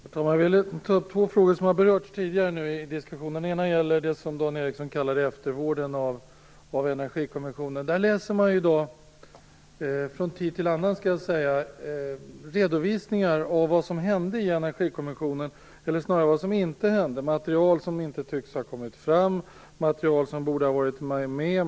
Herr talman! Jag vill ta upp två frågor som tidigare har berörts i diskussionen. Den ena gäller det som Dan Ericsson kallar för eftervården av Energikommissionens betänkande. Från tid till annan kan man läsa redovisningar av vad som hände, eller snarare inte hände, i Energikommissionen. Det fanns material som inte tycks ha kommit fram och material som borde ha funnits med.